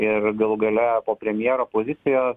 ir galų gale po premjero pozicijos